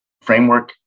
framework